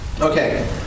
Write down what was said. Okay